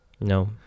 No